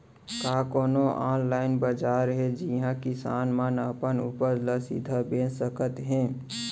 का कोनो अनलाइन बाजार हे जिहा किसान मन अपन उत्पाद ला सीधा बेच सकत हे?